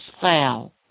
foul